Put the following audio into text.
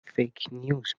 فیکنیوز